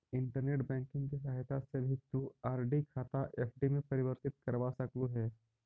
internet banking की सहायता से भी तु आर.डी खाता एफ.डी में परिवर्तित करवा सकलू हे